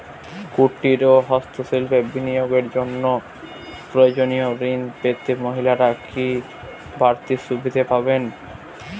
কুটীর ও হস্ত শিল্পে বিনিয়োগের জন্য প্রয়োজনীয় ঋণ পেতে মহিলারা কি বাড়তি সুবিধে পাবেন?